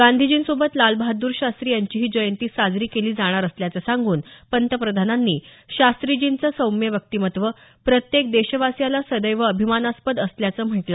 गांधीजींसोबत लाल बहाद्र शास्त्री यांचीही जयंती साजरी केली जाणार असल्याचं सांगून पंतप्रधानांनी शास्त्रीजींचं सौम्य व्यक्तिमत्व प्रत्येक देशवासीयाला सदैव अभिमानास्पद असल्याचं म्हटलं